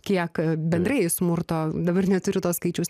kiek a bendrai smurto dabar neturiu to skaičiaus